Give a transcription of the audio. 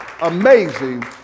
amazing